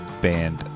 band